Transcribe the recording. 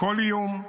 כל איום,